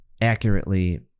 accurately